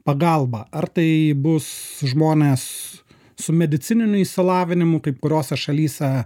pagalbą ar tai bus žmonės su medicininiu išsilavinimu kaip kuriose šalyse